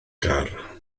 gar